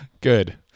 good